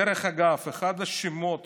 דרך אגב, אחד השמות